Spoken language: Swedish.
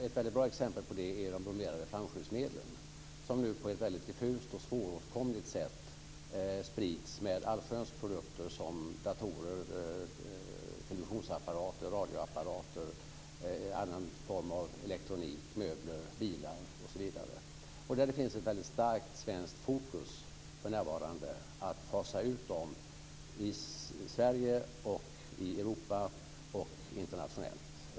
Ett väldigt bra exempel är de bromerade flamskyddsmedlen, som nu på ett diffust och svåråtkomligt sätt sprids med allsköns produkter - datorer, televisionsapparater, radioapparater, alla möjliga former av elektronik, möbler, bilar osv. Det finns för närvarande en väldigt stark svensk fokusering på att fasa ut dem och det gäller då i Sverige, i Europa och internationellt.